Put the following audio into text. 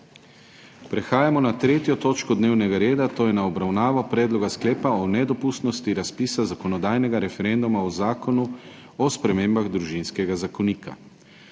prekinjeno 3. točko dnevnega reda, to je z obravnavo Predloga sklepa o nedopustnosti razpisa zakonodajnega referenduma o Zakonu o spremembah Družinskega zakonika.